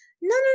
no